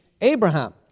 Abraham